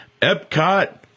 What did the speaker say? Epcot